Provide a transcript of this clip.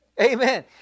Amen